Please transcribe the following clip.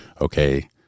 okay